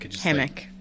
hammock